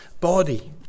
body